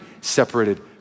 separated